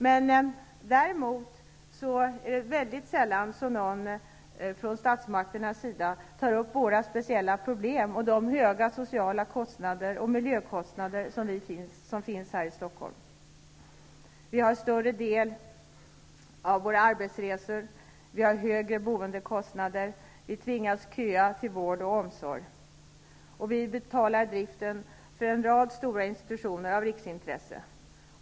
Däremot är det mycket sällan någon från statsmakternas sida tar upp våra speciella problem och de höga sociala kostnader och miljökostnader som vi har här i Stockholm. Vi har större andel arbetsresor, högre boendekostnader än övriga landet, och vi tvingas köa till vård och omsorg. Vi betalar driften för en rad stora institutioner av riksintresse.